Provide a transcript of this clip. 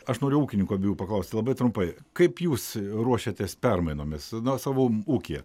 aš noriu ūkininkų abiejų paklausti labai trumpai kaip jūs ruošiatės permainomis na savo ūkyje